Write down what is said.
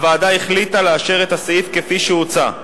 הוועדה החליטה לאשר את הסעיף כפי שהוצע,